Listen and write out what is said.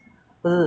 ramen